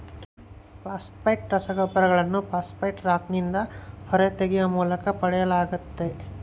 phosphate ರಸಗೊಬ್ಬರಗಳನ್ನು phosphate ರಾಕ್ನಿಂದ ಹೊರತೆಗೆಯುವ ಮೂಲಕ ಪಡೆಯಲಾಗ್ತತೆ